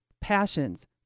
Passions